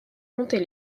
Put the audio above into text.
compter